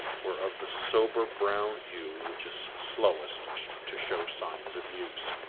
were of the sober brown hue which is slowest to show signs of use.